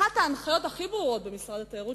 אחת ההנחיות הכי ברורות במשרד התיירות,